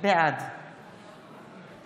בעד